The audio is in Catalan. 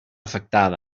afectada